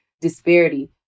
disparity